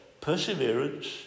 perseverance